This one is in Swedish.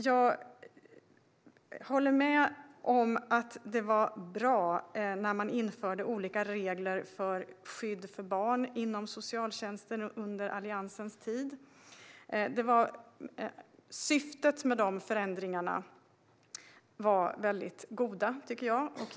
Jag håller med om att det var bra när man under Alliansens tid införde olika regler för skydd av barn inom socialtjänsten. Jag tycker att syftet med de förändringarna var mycket goda.